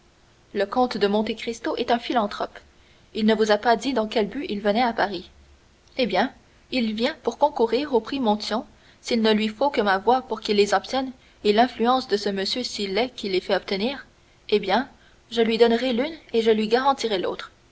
le comte de monte cristo est un philanthrope il ne vous a pas dit dans quel but il venait à paris eh bien il vient pour concourir aux prix montyon et s'il ne lui faut que ma voix pour qu'il les obtienne et l'influence de ce monsieur si laid qui les fait obtenir eh bien je lui donnerai l'une et je lui garantirai l'autre